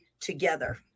together